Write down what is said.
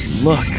Look